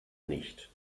nicht